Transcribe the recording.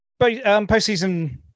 postseason